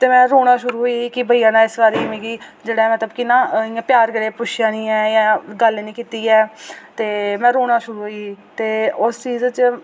ते में रोना शुरू होई कि भैया ने इस बारी मिगी जेह्ड़ा मतलब कि इ'यां ना प्यार कन्नै पुच्छेआ निं ऐ इ'यां गल्ल निं कीती ऐ ते में रोना शुरू होई गेई ते उस चीज़ च